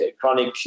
chronic